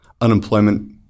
Unemployment